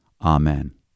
Amen